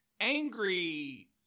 angry